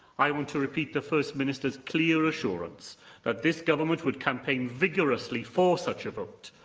i want to repeat the first minister's clear assurance that this government would campaign vigorously for such a vote,